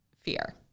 fear